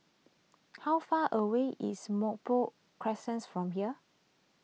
how far away is Merbok from here